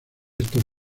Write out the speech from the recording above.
estos